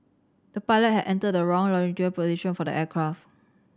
the pilot had entered the wrong longitudinal position for the aircraft